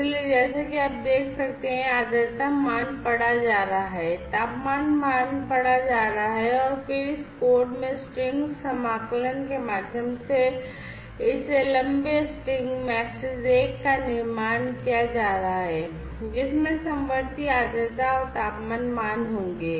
इसलिए जैसा कि आप देख सकते हैं कि यह आर्द्रता मान पढ़ा जा रहा है तापमान मान पढ़ा जा रहा है और फिर इस कोड में स्ट्रिंग समाकलन के माध्यम से इस लंबे स्ट्रिंग msg 1 का निर्माण किया जा रहा है जिसमें समवर्ती आर्द्रता और तापमान मान होंगे